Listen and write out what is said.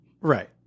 right